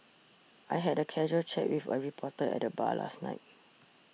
I had a casual chat with a reporter at the bar last night